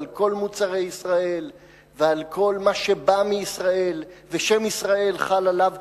על כל מוצרי ישראל ועל כל מה שבא מישראל ושם ישראל חל עליו,